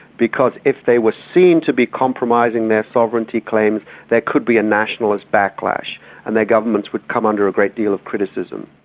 because if they were seen to be compromising their sovereignty claims there could be a nationalist backlash and their governments would come under a great deal of criticism.